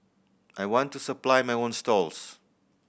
I want to supply my own stalls